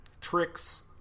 tricks